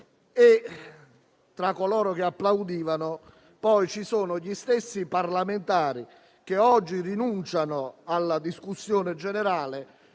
tra coloro che applaudivano, ci sono gli stessi parlamentari che oggi rinunciano alla discussione generale